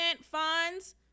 funds